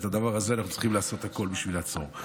ואנחנו צריכים לעשות הכול בשביל לעצור את הדבר הזה.